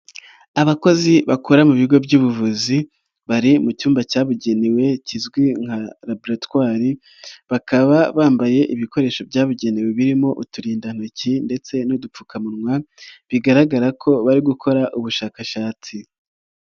Abakozi bakora mu bigo by'ubuvuzi bari mu cyumba cyabugenewe kizwi nka laboratwari, bakaba bambaye ibikoresho byabugenewe birimo uturindantoki ndetse n'udupfukamunwa, bigaragara ko bari gukora ubushakashatsi.